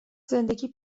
زندگی